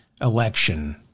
election